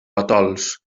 atols